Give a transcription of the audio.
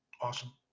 Awesome